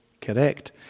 correct